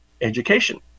education